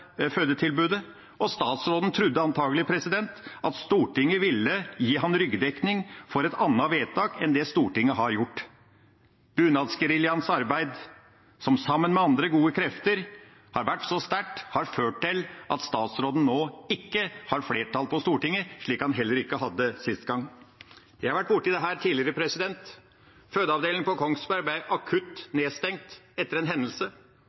og statsråden trodde antakelig at Stortinget ville gi ham ryggdekning for et annet vedtak enn det Stortinget har gjort. Bunadsgeriljaens arbeid, som sammen med andre gode krefter har vært så sterkt, har ført til at statsråden nå ikke har flertall på Stortinget, slik han heller ikke hadde sist gang. Jeg har vært borti dette tidligere. Fødeavdelingen på Kongsberg ble akutt nedstengt etter en hendelse.